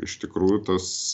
iš tikrųjų tas